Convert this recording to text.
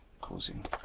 causing